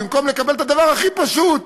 במקום לקבל את הדבר הכי פשוט,